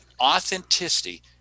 authenticity